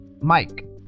Mike